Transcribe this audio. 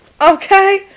Okay